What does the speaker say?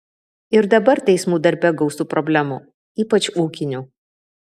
ir dabar teismų darbe gausu problemų ypač ūkinių